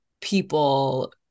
people